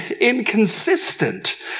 inconsistent